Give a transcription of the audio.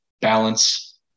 balance